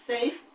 Safe